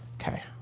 Okay